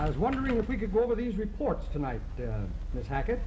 i was wondering if we could go over these reports tonight attack it